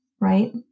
right